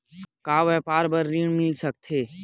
का व्यापार बर ऋण मिल सकथे?